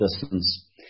distance